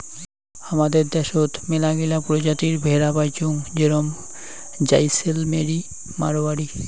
হামাদের দ্যাশোত মেলাগিলা প্রজাতির ভেড়া পাইচুঙ যেরম জাইসেলমেরি, মাড়োয়ারি